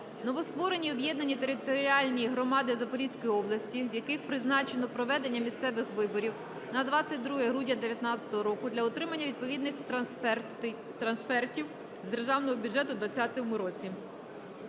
новостворені об'єднані територіальні громади Запорізької області, в яких призначено проведення місцевих виборів на 22 грудня 2019 року, для отримання відповідних трансфертів з державного бюджету у 2020 році.